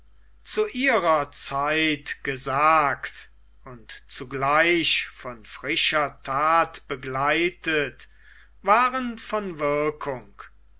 zu ihrer zeit gesagt und zugleich von frischer that begleitet waren von wirkung